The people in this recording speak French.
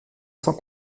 sans